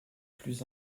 plus